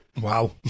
Wow